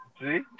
See